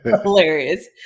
hilarious